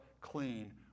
clean